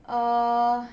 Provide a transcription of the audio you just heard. err